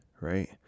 Right